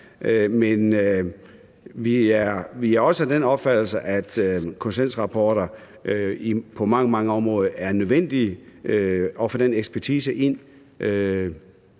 Men vi er også af den opfattelse, at konsulentrapporter på mange, mange områder er nødvendige i forhold til at få den ekspertise ind,